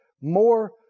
more